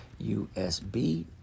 USB